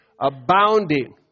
abounding